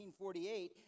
1948